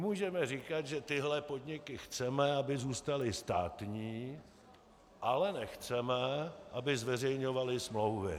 Nemůžeme říkat, že tyhle podniky chceme, aby zůstaly státní, ale nechceme, aby zveřejňovaly smlouvy.